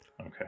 okay